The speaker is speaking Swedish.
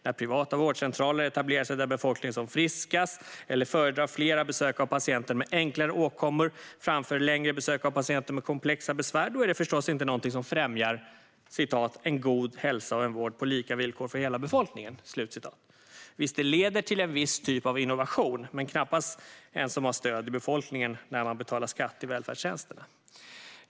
När privata vårdcentraler etablerar sig där befolkningen är som friskast eller föredrar fler besök av patienter med enklare åkommor framför längre besök av patienter med komplexa besvär, då är det förstås inte något som främjar "en god hälsa och en vård på lika villkor för hela befolkningen". Visst leder det till en viss typ av innovation men knappast en som har stöd i befolkningen, som betalar skatt till välfärdstjänsterna.